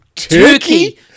Turkey